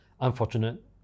unfortunate